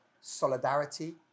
solidarity